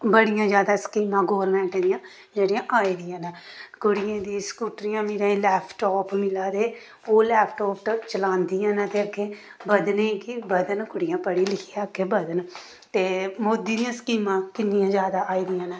बड़ियां जैदा स्कीमां गौरमैंट दियां जेह्ड़ियां आई दियां न कुड़ियें दी स्कूटरियां मिला दियां लैपटाप मिला दे ओह् लैपटाप्ड चलांदियां न ते अग्गें बधने कि बधन कुड़ियां पढ़ी लिखियै अग्गें बधन ते मोदी दी स्कीमां किन्नियां जैदा आई दियां न